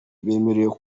bemerewe